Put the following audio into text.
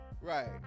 Right